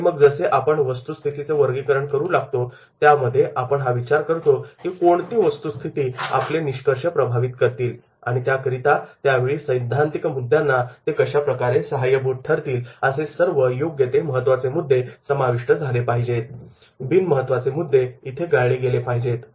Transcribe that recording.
आणि मग जसे आपण वस्तुस्थितीचे वर्गीकरण करू लागतो त्यामध्ये आपण हा विचार करतो की कोणत्या वस्तुस्थिती आपले निष्कर्ष प्रभावित करतील आणि त्याकरिता त्यावेळी सैद्धांतिक मुद्द्यांना ते कशा प्रकारे सहाय्यभूत ठरतील असे सर्व योग्य ते महत्त्वाचे मुद्दे समाविष्ट झाले पाहिजेत आणि बिन महत्त्वाचे मुद्दे गाळले गेले पाहिजेत